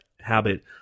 Habit